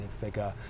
figure